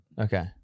Okay